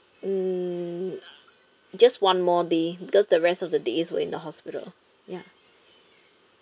hmm just one more day because the rest of the days were in the hospital ya